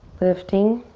lifting.